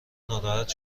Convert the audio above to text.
ناراحت